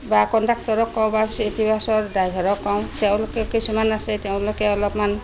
বা কণ্ডাক্টৰক কওঁ বা চিটিবাছৰ ড্ৰাইভাৰক কওঁ তেওঁলোকে কিছুমান আছে তেওঁলোকে অলপমান